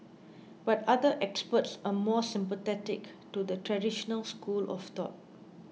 but other experts are more sympathetic to the traditional school of thought